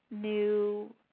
new